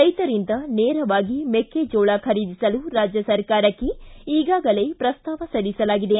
ರೈತರಿಂದ ನೇರವಾಗಿ ಮೆಕ್ಕಜೋಳ ಖರೀದಿಸಲು ರಾಜ್ಯ ಸರ್ಕಾರಕ್ಕೆ ಈಗಾಗಲೇ ಪ್ರಸ್ತಾವ ಸಲ್ಲಿಸಲಾಗಿದೆ